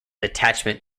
attachment